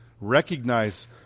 Recognize